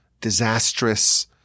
disastrous